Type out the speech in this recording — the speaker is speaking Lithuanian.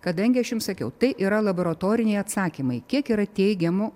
kadangi aš jums sakiau tai yra laboratoriniai atsakymai kiek yra teigiamų